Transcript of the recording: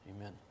amen